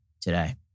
today